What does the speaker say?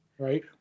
Right